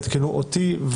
יעדכנו אותי,